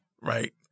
right